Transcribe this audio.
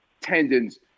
tendons